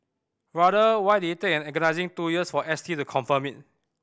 rather why did it take an agonising two years for S T to confirm it